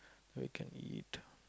then we can eat